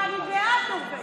ואני בעד נורבגים.